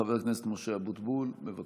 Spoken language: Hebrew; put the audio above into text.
חבר הכנסת משה אבוטבול, בבקשה.